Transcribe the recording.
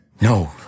No